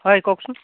হয় কওকচোন